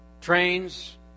trains